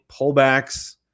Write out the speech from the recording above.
pullbacks